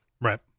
right